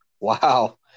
Wow